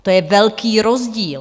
A to je velký rozdíl.